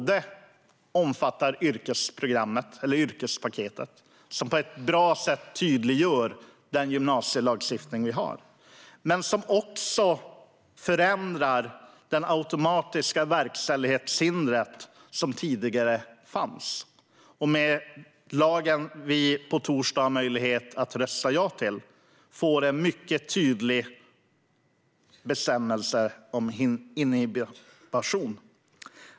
De omfattar yrkespaketet och tydliggör på ett bra sätt den gymnasielagstiftning vi har. Men de förändrar också det automatiska verkställighetshinder som fanns tidigare. Med det lagförslag som vi har möjlighet att rösta ja till på torsdag får vi en mycket tydlig bestämmelse om inhibition.